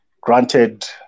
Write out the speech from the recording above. granted